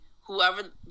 whoever